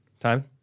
Time